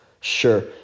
Sure